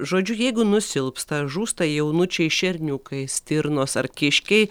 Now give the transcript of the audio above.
žodžiu jeigu nusilpsta žūsta jaunučiai šerniukai stirnos ar kiškiai